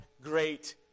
great